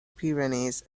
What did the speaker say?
pyrenees